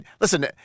Listen